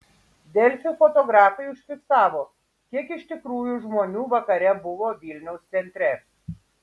delfi fotografai užfiksavo kiek iš tikrųjų žmonių vakare buvo vilniaus centre